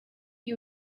you